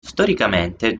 storicamente